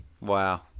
Wow